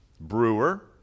Brewer